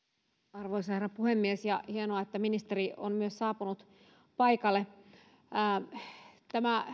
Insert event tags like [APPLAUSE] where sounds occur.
arvoisa herra puhemies hienoa että ministeri on myös saapunut paikalle tämä [UNINTELLIGIBLE]